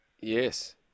yes